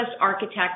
architect